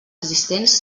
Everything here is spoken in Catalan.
existents